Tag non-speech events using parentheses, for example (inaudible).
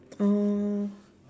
oh (breath)